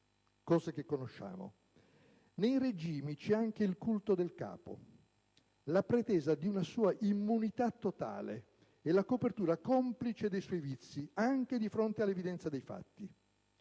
cose che conosciamo. Nei regimi c'è anche il culto del capo, la pretesa di una sua immunità totale e la copertura complice dei suoi vizi, anche di fronte all'evidenza dei fatti.